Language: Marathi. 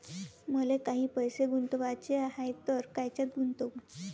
मले काही पैसे गुंतवाचे हाय तर कायच्यात गुंतवू?